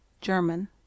German